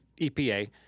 EPA